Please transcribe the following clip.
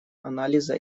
анализа